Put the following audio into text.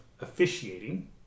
officiating